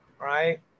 right